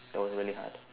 don't really have